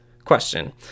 question